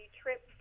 trip